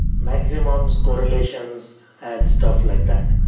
maximums, correlations and stuff like that.